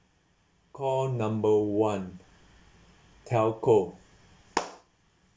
call number one telco